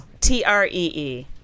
T-R-E-E